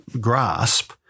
grasp